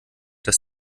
dass